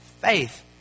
faith